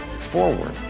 forward